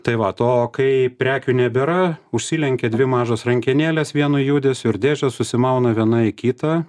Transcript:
tai va to kai prekių nebėra užsilenkia dvi mažos rankenėlės vienu judesiu ir dėžės susimauna viena į kitą